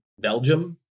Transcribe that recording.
Belgium